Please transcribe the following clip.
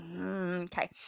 okay